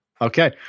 Okay